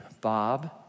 Bob